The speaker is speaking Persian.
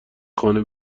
خانه